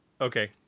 okay